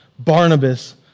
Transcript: Barnabas